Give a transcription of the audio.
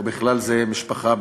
ובכלל זה משפחה,